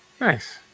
Nice